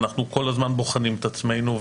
אנחנו כל הזמן בוחנים את עצמנו,